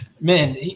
Man